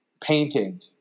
painting